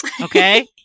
Okay